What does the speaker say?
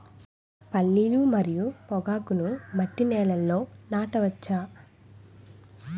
పల్లీలు మరియు పొగాకును మట్టి నేలల్లో నాట వచ్చా?